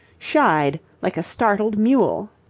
shied like a startled mule.